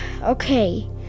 okay